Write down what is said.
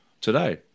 today